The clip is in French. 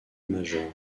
majeur